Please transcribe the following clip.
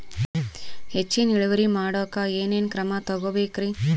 ಹೆಚ್ಚಿನ್ ಇಳುವರಿ ಮಾಡೋಕ್ ಏನ್ ಏನ್ ಕ್ರಮ ತೇಗೋಬೇಕ್ರಿ?